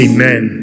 Amen